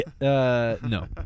No